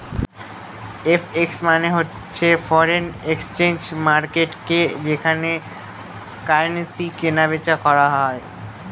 FX মানে হচ্ছে foreign exchange মার্কেটকে যেখানে কারেন্সি কিনা বেচা করা হয়